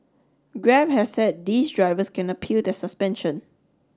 grab has said these drivers can appeal their suspension